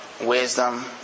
wisdom